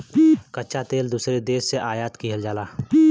कच्चा तेल दूसरे देश से आयात किहल जाला